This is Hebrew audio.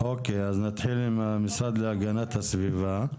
אז נתחיל עם המשרד להגנת הסביבה.